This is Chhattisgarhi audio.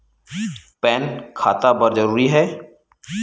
पैन खाता बर जरूरी हे?